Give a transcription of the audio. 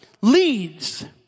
leads